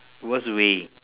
worst way